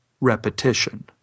repetition